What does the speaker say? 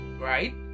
right